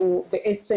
הוא בעצם